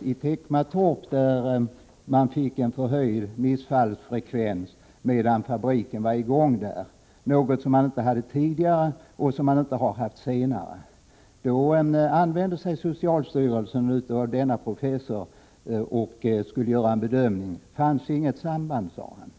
i Teckomatorp, där man fick en förhöjd missfallsfrekvens medan fabriken var i gång — en frekvens man inte haft tidigare och inte heller senare. Socialstyrelsen använde sig då av denne professor som skulle göra en bedömning. Det fanns inget samband, sade han.